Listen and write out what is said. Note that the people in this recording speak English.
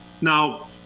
now